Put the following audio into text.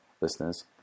listeners